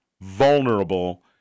vulnerable